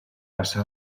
passà